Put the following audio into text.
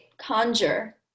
conjure